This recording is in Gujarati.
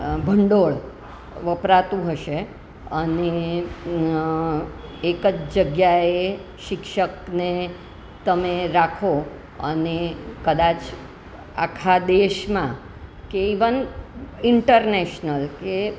ભંડોળ વપરાતું હશે અને એક જ જગ્યાએ શિક્ષકને તમે રાખો અને કદાચ આખા દેશમાં કે ઈવન ઇન્ટરનૅશનલ કે